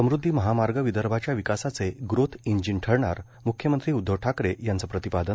समृद्धी महामार्ग विदर्भाच्या विकासाचे ग्रोथ इंजन ठरणार म्ख्यमंत्री उद्धव ठाकरे यांचं प्रतिपादन